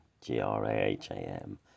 g-r-a-h-a-m